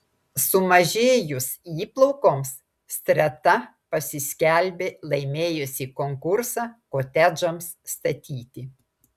sumažėjus įplaukoms streta pasiskelbė laimėjusi konkursą kotedžams statyti